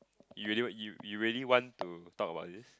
you really you you really want to talk about this